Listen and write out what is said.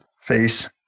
face